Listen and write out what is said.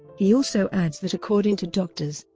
he also adds that according to doctors,